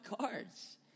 cards